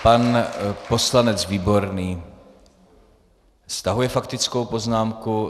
Pan poslanec Výborný stahuje faktickou poznámku.